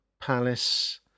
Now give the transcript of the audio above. Palace